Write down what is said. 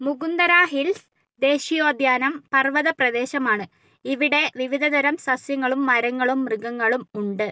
Mukundra hills ദേശീയോദ്യാനം പർവത പ്രദേശമാണ് ഇവിടെ വിവിധതരം സസ്യങ്ങളും മരങ്ങളും മൃഗങ്ങളും ഉണ്ട്